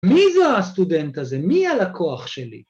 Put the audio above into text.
מי זה הסטודנט הזה? מי הלקוח שלי?